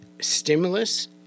stimulus